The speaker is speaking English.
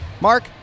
Mark